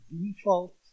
default